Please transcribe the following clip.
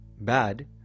Bad